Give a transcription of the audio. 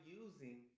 using